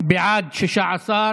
ועדת הכנסת בדבר הרכב ועדות הכנסת נתקבלה.